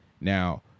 now